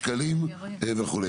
ונשקלים וכו',